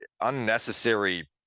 unnecessary